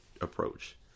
approach